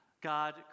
God